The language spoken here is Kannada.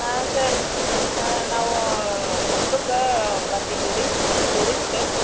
ಹಾಂ ಸರ್ ಹಾಂ ನಾವು ಕೊಪ್ಪಕ್ಕೆ ಬಂದಿದೀವಿ ರೀ ಟೂರಿಸ್ಟ್